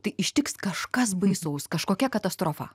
tai ištiks kažkas baisaus kažkokia katastrofa